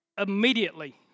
Immediately